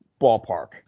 ballpark